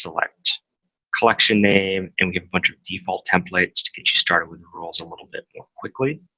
select collection name and we get a bunch of default templates to get you started with the rules a little bit more quickly.